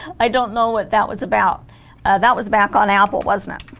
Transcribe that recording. i don't know what that was about that was back on apple wasn't it